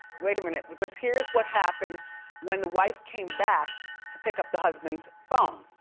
wait a minute, because here's what happened when the wife came back to pick up the husband's phone.